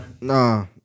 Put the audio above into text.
Nah